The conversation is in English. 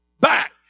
back